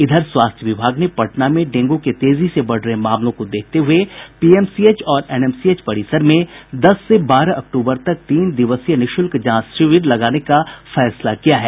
इधर स्वास्थ्य विभाग ने पटना में डेंग् के तेजी से बढ़ रहे मामलों को देखते हुये पीएमसीएच और एनएमसीएच परिसर में दस से बारह अक्तूबर तक तीन दिवसीय निःशुल्क जांच शिविर लगाने का निर्णय लिया है